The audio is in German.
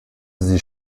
sie